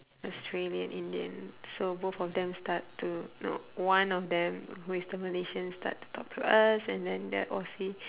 australian indian so both of them start to no one of them who is the malaysian start to talk to us and then that aussie